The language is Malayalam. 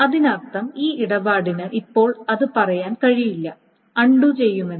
അതിനർത്ഥം ആ ഇടപാടിന് ഇപ്പോൾ അത് പറയാൻ കഴിയില്ല അൺണ്ടു ചെയ്യുമെന്ന്